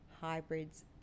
Hybrids